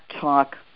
talk